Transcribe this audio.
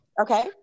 Okay